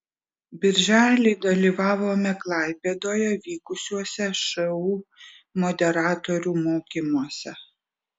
birželį dalyvavome klaipėdoje vykusiuose šu moderatorių mokymuose